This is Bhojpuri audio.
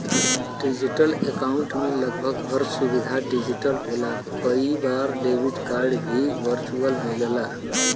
डिजिटल अकाउंट में लगभग हर सुविधा डिजिटल होला कई बार डेबिट कार्ड भी वर्चुअल मिलला